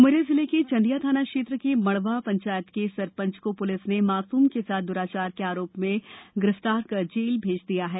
उमरिया जिले के चंदिया थाना क्षेत्र के मड़वा पंचायत के सरपंच को पुलिस ने मासूम के साथ दुराचार के आरोप में गिरफ्तार कर जेल भेजा दिया है